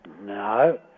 No